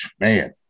man